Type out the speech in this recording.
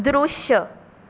दृश्य